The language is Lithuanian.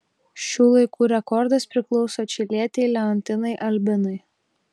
šių laikų rekordas priklauso čilietei leontinai albinai